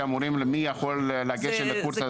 ואומרים מי יכול לגשת לקורס הזה.